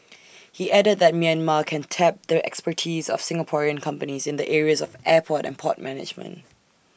he added that Myanmar can tap the expertise of Singaporean companies in the areas of airport and port management